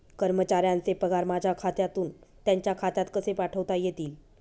कर्मचाऱ्यांचे पगार माझ्या खात्यातून त्यांच्या खात्यात कसे पाठवता येतील?